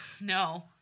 No